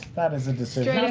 that is a decision,